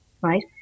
right